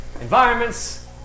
environments